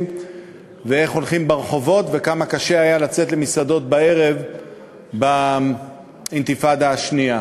ואיך הולכים ברחובות וכמה קשה היה לצאת למסעדות בערב באינתיפאדה השנייה.